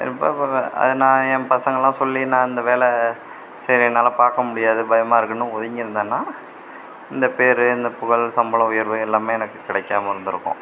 அது நான் என் பசங்கலாம் சொல்லி நான் இந்த வேலை சரி என்னால் பார்க்கமுடியாது பயமாயிருக்குனு ஒதுங்கிருந்தேனா இந்த பேர் இந்த புகழ் சம்பள உயர்வு எல்லாம் எனக்கு கிடைக்காம இருந்திருக்கும்